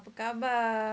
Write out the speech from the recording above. apa khabar